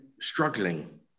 struggling